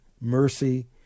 mercy